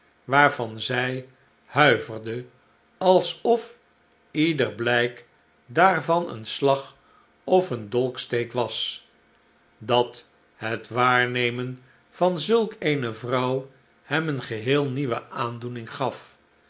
waarvan zij huiverde alsof ieder blijk daarvan een slag of een dolksteek was dat het waarnemen van zulk eene vrouw hem een geheel nieuwe aandoening gaf